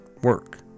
work